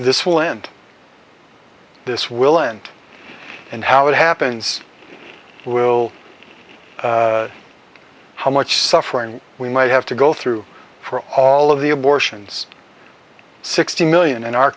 this will end this will end and how it happens will how much suffering we might have to go through for all of the abortions sixty million in our